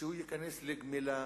שהוא ייכנס לגמילה